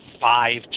five